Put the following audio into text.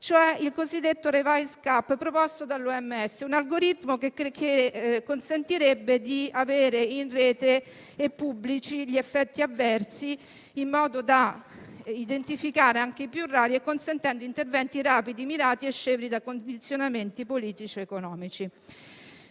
on vaccine safety (GACUS) proposto dall'OMS, un algoritmo che consentirebbe di avere pubblicati in rete gli effetti avversi, in modo da identificare anche i più rari e consentire interventi rapidi, mirati e scevri da condizionamenti politici ed economici.